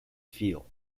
feel